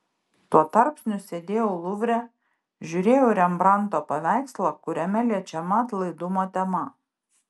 tuo tarpsniu sėdėjau luvre žiūrėjau į rembrandto paveikslą kuriame liečiama atlaidumo tema